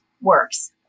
works